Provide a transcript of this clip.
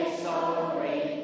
sorry